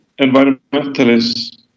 environmentalists